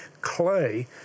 clay